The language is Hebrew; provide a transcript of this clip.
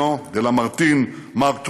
שאטובריאן, דה למרטין, מארק טוויין,